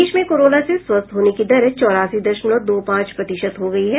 देश में कोरोना से स्वस्थ होने की दर चौरासी दशमवल दो पांच प्रतिशत हो गई है